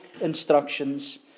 instructions